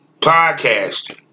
podcasting